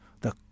The